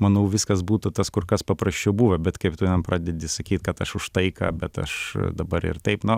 manau viskas būtų tas kur kas paprasčiau buvę bet kaip tu ten pradedi sakyt kad aš už taiką bet aš dabar ir taip na